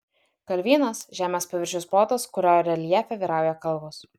kalvynas žemės paviršiaus plotas kurio reljefe vyrauja kalvos